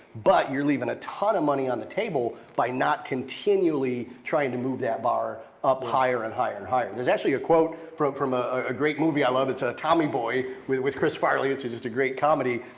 but you're leaving a ton of money on the table by not continually trying to move that bar up higher and higher and higher. there's actually a quote from from a a great movie i love, it's tommy boy with with chris farley, it's it's just a great comedy.